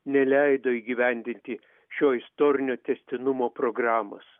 neleido įgyvendinti šio istorinio tęstinumo programos